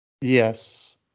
Yes